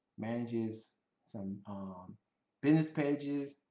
manages some business pages.